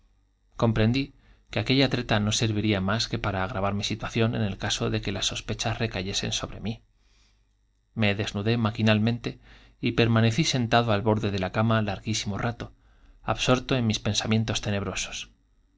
prendí que aquella treta no serviría más que para agravar mi situación en el caso de que las sospechas recayesen sobre mí me desnudé maquinalmente y permanecí sentado al borde de la cama larguísimo rato absorto en mis pensamientos tenebrosos